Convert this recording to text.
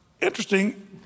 Interesting